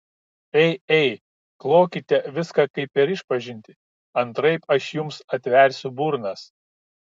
ei ei klokite viską kaip per išpažintį antraip aš jums atversiu burnas